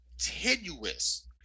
tenuous